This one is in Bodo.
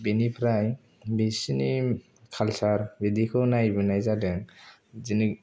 बेनिफ्राय बिसोरनि काल्चार बिदिखौ नायबोनाय जादों बिदिनो